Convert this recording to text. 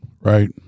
Right